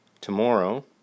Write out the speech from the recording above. tomorrow